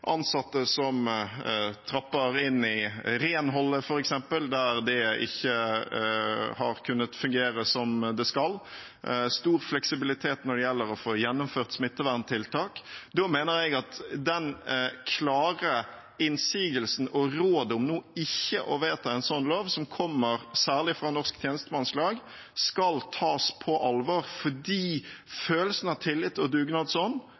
ansatte som stepper inn f.eks. i renholdet der det ikke har kunnet fungere som det skal – stor fleksibilitet når det gjelder å få gjennomført smitteverntiltak. Da mener jeg at den klare innsigelsen og rådet som kommer, særlig fra Norsk Tjenestemannslag, om ikke å vedta en sånn lov nå, skal tas på alvor fordi følelsen av tillit og